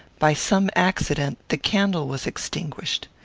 by some accident, the candle was extinguished.